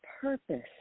purpose